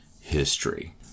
history